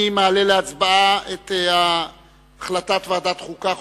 אני מעלה להצבעה את החלטת ועדת החוקה,